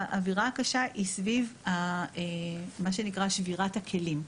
האווירה הקשה היא סביב מה שנקרא שבירת הכלים.